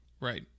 Right